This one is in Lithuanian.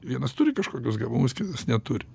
vienas turi kažkokius gabumus kitas neturi